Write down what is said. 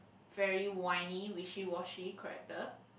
very whiny wishy washy character